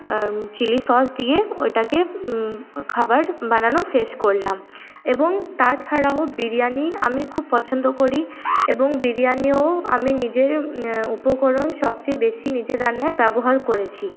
chilli sauce দিয়ে ওইটাকে খাবার বানানো শেষ করলাম এবং তাছাড়াও বিরিয়ানি আমি খুব পছন্দ করি এবং বিরিয়ানিও আমি নিজের উপকরন সবচেয়ে বেশি নিজের রান্নায় ব্যবহার করেছি